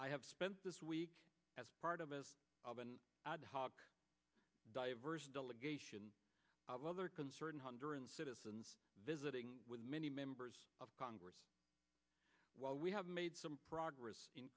i have spent this week as part of a diverse delegation of other concerned honduran citizens visiting with many members of congress while we have made some progress in